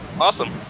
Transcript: Awesome